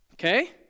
Okay